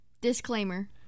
Disclaimer